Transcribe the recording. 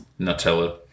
Nutella